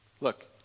Look